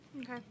Okay